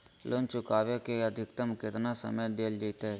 Loan चुकाबे के अधिकतम केतना समय डेल जयते?